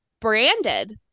branded